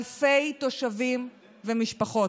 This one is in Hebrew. אלפי תושבים ומשפחות.